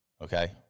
Okay